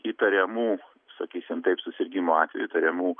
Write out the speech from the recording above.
įtariamų sakysim taip susirgimo atvejų įtariamų